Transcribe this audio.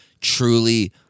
truly